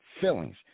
feelings